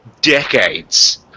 decades